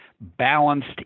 balanced